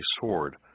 sword